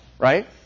right